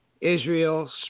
Israel